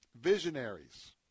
visionaries